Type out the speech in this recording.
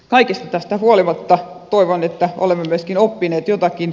kaikesta tästä huolimatta toivon että olemme myöskin oppineet jotakin